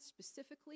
specifically